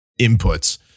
inputs